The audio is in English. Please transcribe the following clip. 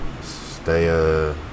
Stay